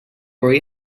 worry